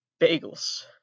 Bagels